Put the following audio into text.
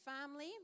family